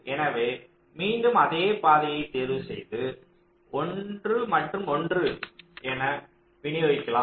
எனவே மீண்டும் அதே பாதையைத் தேர்வு செய் து 1 மற்றும் 1 என விநியோகிக்கலாம்